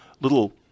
little